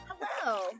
Hello